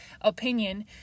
opinion